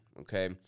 okay